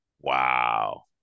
Wow